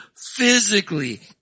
physically